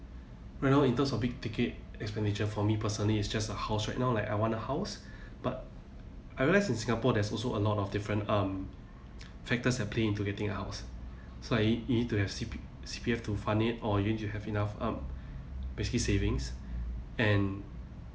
right now in terms of big ticket expenditure for me personally is just a house right now like I want a house but I realise in singapore there's also a lot of different um factors that play into getting a house so I you need to have C_P C_P_F to fund it or you need to have enough um basically savings and